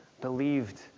believed